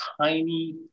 tiny